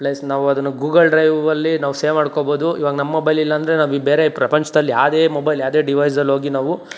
plus ನಾವು ಅದನ್ನ Google ಡ್ರೈವಲ್ಲಿ ನಾವು ಸೇವ್ ಮಾಡ್ಕೊಬೋದು ಇವಾಗ ನಮ್ಮ ಮೊಬೈಲ್ ಇಲ್ಲಾಂದರೆ ನಾವು ಈ ಬೇರೆ ಪ್ರಪಂಚದಲ್ಲಿ ಯಾದೇ ಮೊಬೈಲ್ ಯಾದೇ ಡಿವೈಸಲ್ಲೋಗಿ ನಾವು